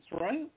right